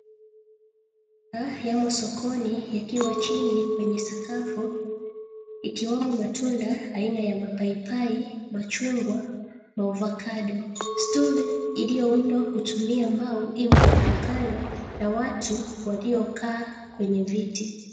Yamo sokoni yakiwa chini kwenye sakafu ikiwamo matunda aina ya mapaipai, machungwa, maovacado . Stool iliyoundwa kutumia mbao imo kandokando na watu waliokaa kwenye viti.